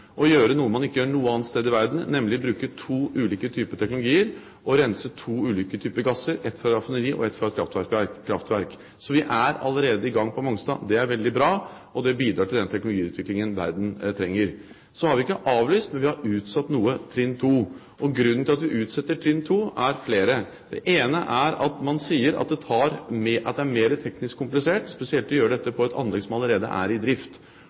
gjøre noe man ikke gjør noe annet sted i verden, nemlig bruke to ulike typer teknologier og rense to ulike typer gasser, et fra et raffineri og et fra et kraftverk. Så vi er allerede i gang på Mongstad. Det er veldig bra, og det bidrar til den teknologiutviklingen verden trenger. Så har vi ikke avlyst, men vi har utsatt noe, trinn 2. Grunnene til at vi utsetter trinn 2 er flere. Det ene er at man sier at det er mer teknisk komplisert spesielt å gjøre dette på et anlegg som allerede er i drift,